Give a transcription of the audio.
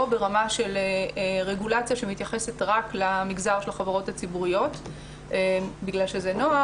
ברמה של רגולציה שמתייחסת רק למגזר של החברות הציבוריות בגלל שזה נוח,